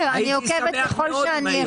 אני עוקבת ככל שאני יכולה.